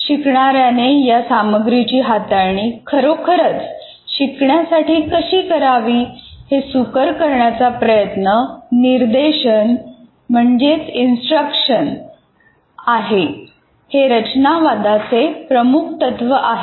शिकणाऱ्या ने या सामग्रीची हाताळणी खरोखरच शिकण्यासाठी कशी करावी हे सुकर करण्याचा प्रयत्न निर्देशन असते हे रचना वादाचे प्रमुख तत्व आहे